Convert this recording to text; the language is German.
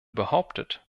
behauptet